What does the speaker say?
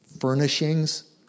furnishings